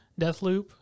Deathloop